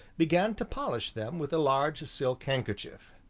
began to polish them with a large silk handkerchief.